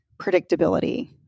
predictability